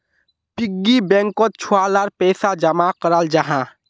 piggy बैंकोत छुआ लार पैसा जमा कराल जाहा